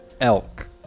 Elk